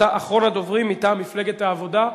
אתה אחרון הדוברים מטעם מפלגת העבודה.